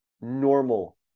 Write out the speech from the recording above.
normal